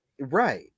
Right